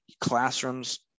classrooms